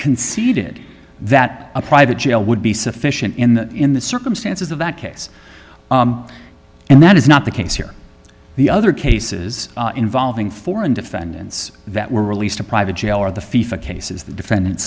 conceded that a private jail would be sufficient in the in the circumstances of that case and that is not the case here the other cases involving foreign defendants that were released a private jail are the fee for cases the defendant